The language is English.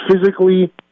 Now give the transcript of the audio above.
physically